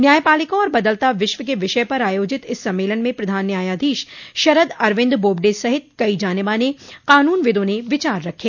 न्यायपालिका और बदलता विश्व के विषय पर आयोजित इस सम्मेलन में प्रधान न्यायाधीश शरद अरविन्द बोबड़े सहित कई जाने माने कानूनविदों ने विचार रखे